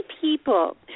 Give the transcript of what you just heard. people